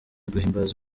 guhimbaza